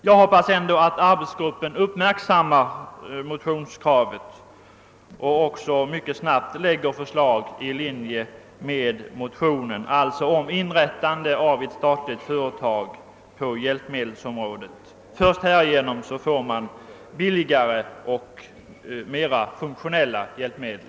Jag hoppas ändå att denna arbetsgrupp skall uppmärksamma <:motionskravet och mycket snabbt lägga fram förslag i linje med detta, d.v.s. om inrättande av ett statligt företag på hjälpmedelsområdet. Först härigenom kan man få billigare och mera funktionella hjälpmedel.